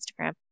Instagram